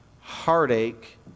heartache